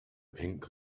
pink